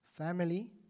Family